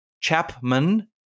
Chapman